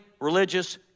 religious